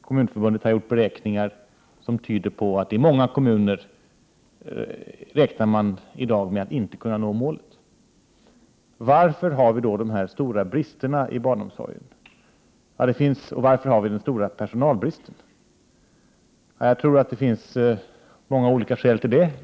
Kommunförbundet har gjort beräkningar som tyder på att man i många kommuner i dag räknar med att inte kunna nå målet. Varför har vi då dessa stora brister i barnomsorgen? Och varför har vi så stora personalbrister? Jag tror att det finns många olika skäl till det.